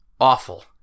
awful